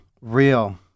real